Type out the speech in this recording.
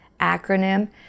acronym